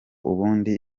ubundi